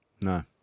No